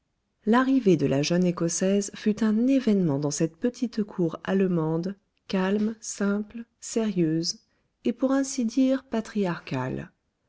l'arrivée de la jeune écossaise fut un événement dans cette petite cour allemande calme simple sérieuse et pour ainsi dire patriarcale